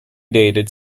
dated